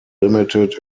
limited